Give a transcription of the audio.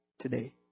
today